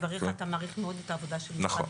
אתה מעריך מאוד את העבודה של המשרד.